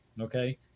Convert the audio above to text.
Okay